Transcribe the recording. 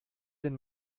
den